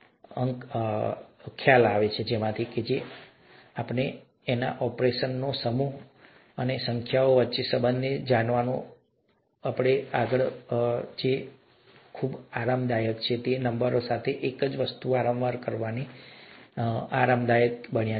અમને ગમે તેટલું આરામદાયક લાગે છે તમે જાણો છો સંખ્યાઓ પર ઑપરેશનનો સમૂહ કરવો અને સંખ્યાઓ વચ્ચેના સંબંધને જાણીને અને તેથી વધુ અને તેથી આગળ કે જેનાથી અમે ખૂબ જ આરામદાયક છીએ તે નંબરો સાથે એક જ વસ્તુ વારંવાર કરવાને કારણે આરામદાયક બન્યા